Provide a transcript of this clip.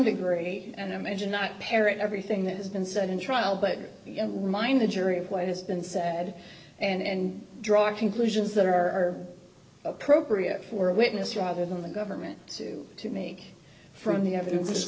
degree and imagine not parrot everything that has been said in trial but remind the jury of what has been said and draw conclusions that are appropriate for a witness rather than the government to to make from the evidence